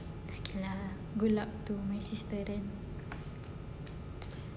okay lah good luck to my sister then